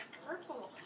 purple